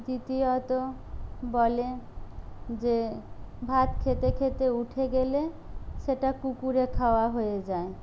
দ্বিতীয়ত বলে যে ভাত খেতে খেতে উঠে গেলে সেটা কুকুরে খাওয়া হয়ে যায়